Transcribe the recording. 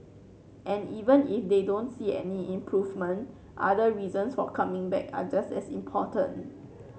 and even if they don't see any improvement other reasons for coming back are just as important